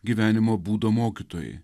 gyvenimo būdo mokytojai